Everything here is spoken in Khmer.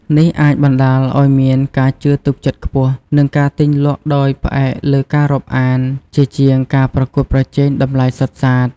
នេះអាចបណ្ដាលឱ្យមានការជឿទុកចិត្តខ្ពស់ និងការទិញលក់ដោយផ្អែកលើការរាប់អាន ជាជាងការប្រកួតប្រជែងតម្លៃសុទ្ធសាធ។